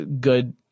good